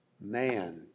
man